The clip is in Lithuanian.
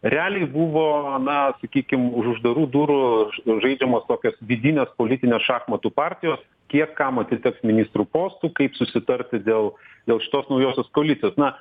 realiai buvo na sakykim už uždarų durų žaidžiamos tokios vidinės politinės šachmatų partijos kiek kam atiteks ministrų postų kaip susitarti dėl dėl šitos naujosios koalicijos na